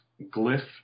Glyph